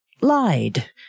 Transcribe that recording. lied